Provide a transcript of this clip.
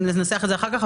ננסח את זה אחר כך,